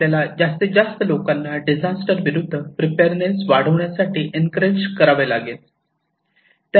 आपल्याला जास्तीत जास्त लोकांना डिझास्टर विरूद्ध प्रिपेअरनेस वाढविण्यासाठी एनक्रेज करावे लागेल